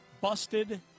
busted